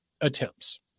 attempts